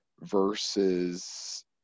versus